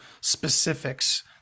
specifics